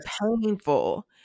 painful